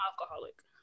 alcoholic